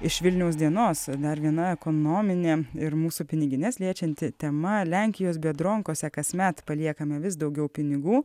iš vilniaus dienos dar viena ekonominė ir mūsų pinigines liečianti tema lenkijos bedronkose kasmet paliekame vis daugiau pinigų